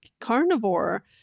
carnivore